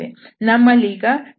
ನಮ್ಮಲ್ಲೀಗ F